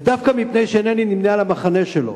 ודווקא מפני שאינני נמנה עם המחנה שלו,